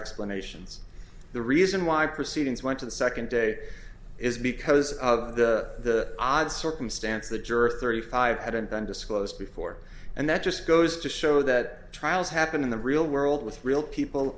explanations the reason why the proceedings went to the second day is because of the odd circumstance that juror thirty five hadn't been disclosed before and that just goes to show that trials happen in the real world with real people